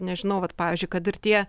nežinau vat pavyzdžiui kad ir tie